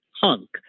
hunk